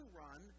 run